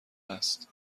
است